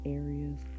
areas